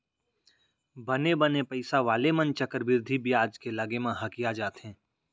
बने बने पइसा वाले मन चक्रबृद्धि बियाज के लगे म हकिया जाथें